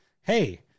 hey